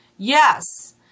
Yes